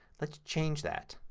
let's change that.